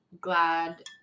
glad